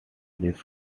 this